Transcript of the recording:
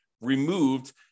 removed